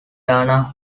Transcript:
dana